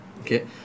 Okay